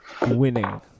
winning